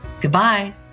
Goodbye